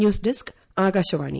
news desk Akashvani